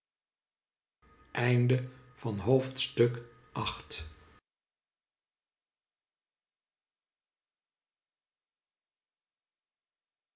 droomde van het